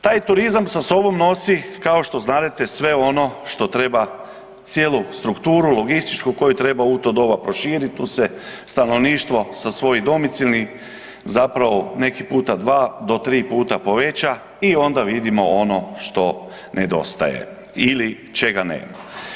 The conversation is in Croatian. Taj turizam sa sobom nosi kao što znadete sve ono što treba cijelu strukturu logističku koju treba u to doba proširit, tu se stanovništvo sa svojim domicilnim zapravo neki puta dva do tri puta poveća i onda vidimo ono što nedostaje ili čega nema.